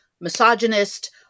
misogynist